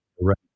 right